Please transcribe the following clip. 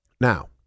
Now